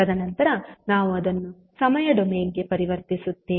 ತದನಂತರ ನಾವು ಅದನ್ನು ಸಮಯ ಡೊಮೇನ್ ಗೆ ಪರಿವರ್ತಿಸುತ್ತೇವೆ